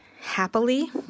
happily